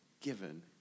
given